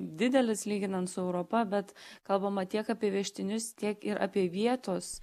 didelis lyginant su europa bet kalbama tiek apie įvežtinius tiek ir apie vietos